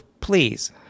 please